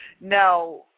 Now